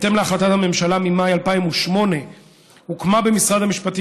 בהתאם להחלטת הממשלה ממאי 2008 הוקמה במשרד המשפטים